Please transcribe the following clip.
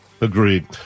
Agreed